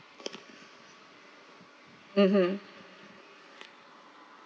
mmhmm